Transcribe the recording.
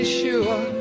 sure